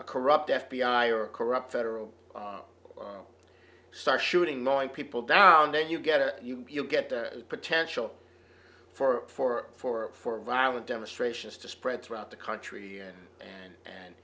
a corrupt f b i or a corrupt federal start shooting knowing people down then you get it and you get the potential for for for for violent demonstrations to spread throughout the country and and and